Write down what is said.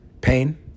pain